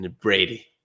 Brady